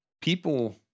people